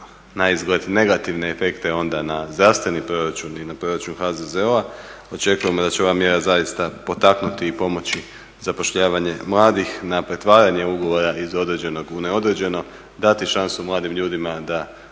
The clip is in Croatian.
na izgled negativne efekte, onda na zdravstveni proračun i na proračun HZZO očekujemo da će ova mjera zaista potaknuti i pomoći zapošljavanje mladih, na pretvaranje ugovora iz određenog u neodređeno, dati šansu mladim ljudima da